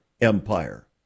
empire